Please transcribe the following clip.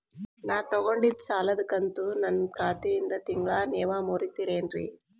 ನಾ ತೊಗೊಂಡಿದ್ದ ಸಾಲದ ಕಂತು ನನ್ನ ಖಾತೆಯಿಂದ ತಿಂಗಳಾ ನೇವ್ ಮುರೇತೇರೇನ್ರೇ?